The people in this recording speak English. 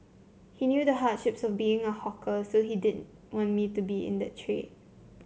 he knew the hardships of being a hawker so he didn't want me to be in the trade